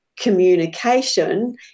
communication